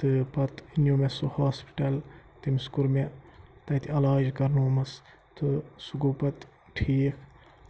تہٕ پَتہٕ نیوٗ مےٚ سُہ ہاسپِٹَل تٔمِس کوٚر مےٚ تَتہِ علاج کَرنومَس تہٕ سُہ گوٚو پَتہٕ ٹھیٖک